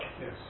Yes